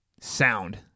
Sound